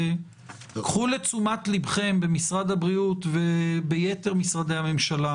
וקחו לתשומת לבכם במשרד הבריאות וביתר משרדי הממשלה,